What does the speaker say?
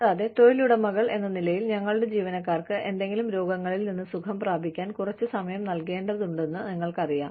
കൂടാതെ തൊഴിലുടമകൾ എന്ന നിലയിൽ ഞങ്ങളുടെ ജീവനക്കാർക്ക് ഏതെങ്കിലും രോഗങ്ങളിൽ നിന്ന് സുഖം പ്രാപിക്കാൻ കുറച്ച് സമയം നൽകേണ്ടതുണ്ടെന്ന് നിങ്ങൾക്കറിയാം